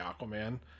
Aquaman